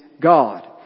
God